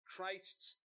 Christ's